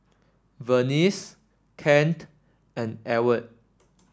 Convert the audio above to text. Vernice Kent and Ewart